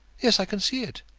yes i can see it.